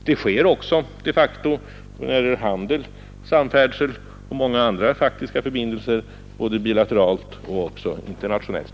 Det sker också de facto när det gäller handel, samfärdsel och på många andra områden, både bilateralt och internationellt.